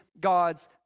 God's